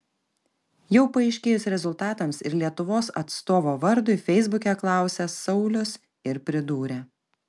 jau paaiškėjus rezultatams ir lietuvos atstovo vardui feisbuke klausė saulius ir pridūrė